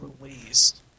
released